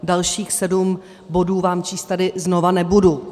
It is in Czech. Dalších sedm bodů vám číst tady znova nebudu.